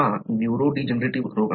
हा न्यूरोडीजनरेटिव्ह रोग आहे